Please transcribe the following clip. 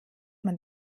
man